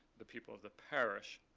the people of the parish.